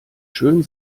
schön